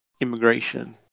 immigration